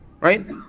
right